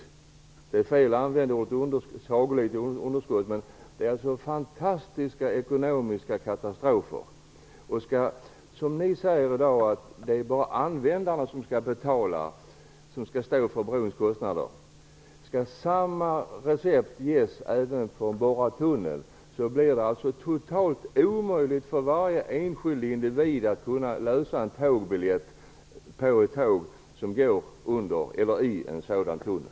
Den går med oerhörda underskott och är en ekonomisk katastrof. Ni säger i dag att det bara är användarna som skall stå för brons kostnader. Skall samma recept tillämpas även för en borrad tunnel, blir det totalt omöjligt för den enskilde individen att lösa biljett för ett tåg som går genom en sådan tunnel.